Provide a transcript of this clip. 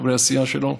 חברי הסיעה שלו,